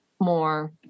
more